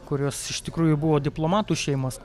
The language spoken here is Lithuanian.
kurios iš tikrųjų buvo diplomatų šeimos